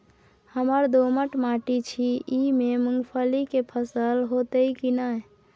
हमर दोमट माटी छी ई में मूंगफली के फसल होतय की नय?